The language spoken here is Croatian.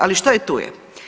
Ali što je tu je.